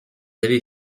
avez